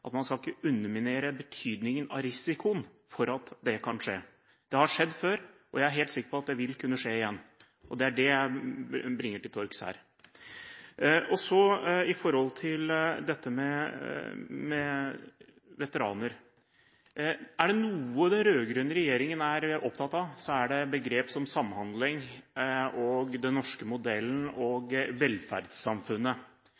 at man skal ikke underminere betydningen av risikoen for at det kan skje. Det har skjedd før, og jeg er helt sikker på at det vil kunne skje igjen. Det er det jeg bringer til torgs her. Så til dette med veteraner. Er det noe den rød-grønne regjeringen er opptatt av, er det begrep som samhandling, den norske modellen